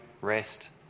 rest